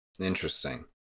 Interesting